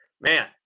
Man